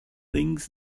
things